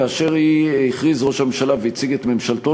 כאשר הכריז ראש הממשלה והציג את ממשלתו,